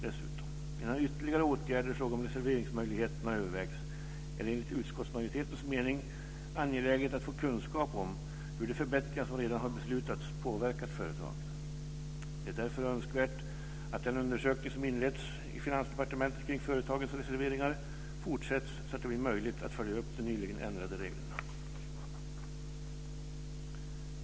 Innan ytterligare åtgärder i fråga om reserveringsmöjligheter övervägs är det enligt utskottsmajoritetens mening angeläget att få kunskap om hur de förbättringar som redan har beslutats har påverkat företagen. Det är därför önskvärt att den undersökning som inletts i Finansdepartementet kring företagens reserveringar fortsätts, så att det blir möjligt att följa upp de nyligen ändrade reglerna.